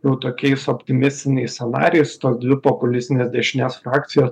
jau tokiais optimistiniais scenarijais tos dvi populistinės dešinės frakcijos